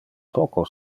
poco